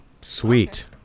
Sweet